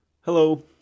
Hello